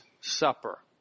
Supper